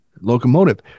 locomotive